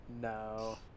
No